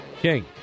King